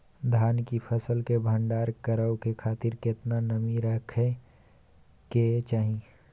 धान की फसल के भंडार करै के खातिर केतना नमी रहै के चाही?